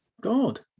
God